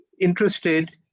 interested